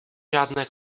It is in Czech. žádné